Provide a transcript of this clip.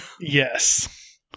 Yes